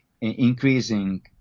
increasing